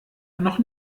noch